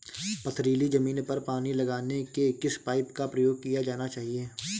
पथरीली ज़मीन पर पानी लगाने के किस पाइप का प्रयोग किया जाना चाहिए?